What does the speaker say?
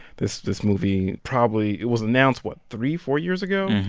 this this movie, probably it was announced what? three, four years ago?